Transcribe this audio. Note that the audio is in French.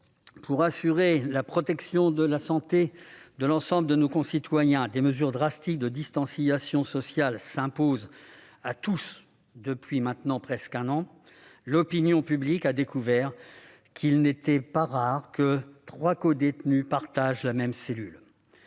pour assurer la protection de la santé de l'ensemble de nos concitoyens, des mesures drastiques de distanciation physique s'imposent à tous, depuis maintenant presque un an, l'opinion publique a découvert qu'il n'était pas rare que trois codétenus partagent la même cellule.